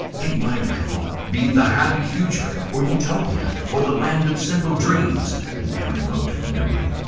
it might, i thought, be the happy future, or utopia, or the land of simple dreams an errant mote of memory,